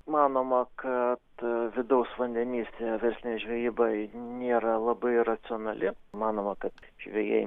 manoma kad ta vidaus vandenyse vis nes žvejybai nėra labai racionali manoma kad žvejai